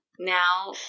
now